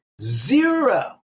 Zero